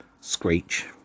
Screech